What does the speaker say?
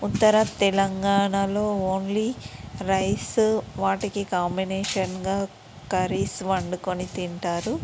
ఉత్తర తెలంగాణలో only rice వాటికి కాంబినేషన్గా కర్రీస్ వండుకొని తింటారు